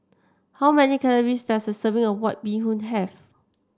how many calories does a serving of White Bee Hoon have